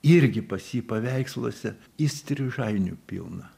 irgi pas jį paveiksluose įstrižainių pilna